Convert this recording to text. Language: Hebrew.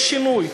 יש שינוי.